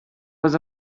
was